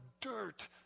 dirt